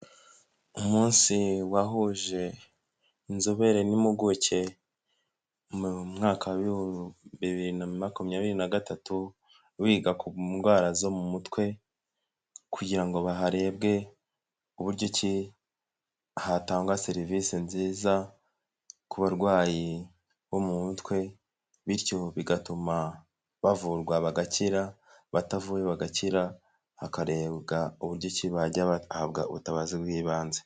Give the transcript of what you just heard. Umunsi wahuje inzobere n'impuguke mumwaka w'ibihumbi bibiri na makumyabiri na gatatu biga ku ndwara zo mu mutwe kugira ngo harebwe uburyo ki hatangwa serivisi nziza ku barwayi bo mu mutwe bityo bigatuma bavurwa bagakira abatavuwe bagakira hakarebwa uburyo ki bajya bahabwa ubutabazi bw'ibanze.